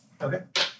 Okay